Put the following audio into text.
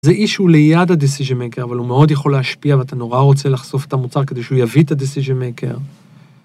זה אישיו ליד ה-decision maker אבל הוא מאוד יכול להשפיע ואתה נורא רוצה לחשוף את המוצר כדי שהוא יביא את ה-decision maker.